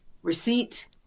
Receipt